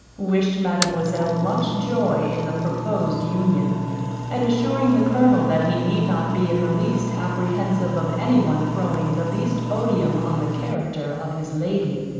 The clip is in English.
wished mademoiselle much joy in the proposed union and assuring the colonel that he need not be in the least apprehensive of any one throwing the least odium on the character of his lady,